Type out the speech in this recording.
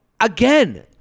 again